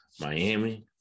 Miami